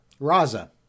Raza